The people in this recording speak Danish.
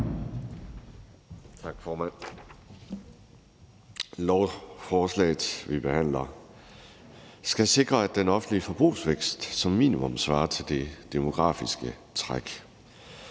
Tak, formand. Lovforslaget, vi behandler, skal sikre, at den offentlige forbrugsvækst som minimum svarer til det demografiske træk.